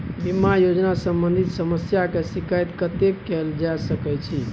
बीमा योजना सम्बंधित समस्या के शिकायत कत्ते कैल जा सकै छी?